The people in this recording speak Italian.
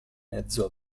mezzo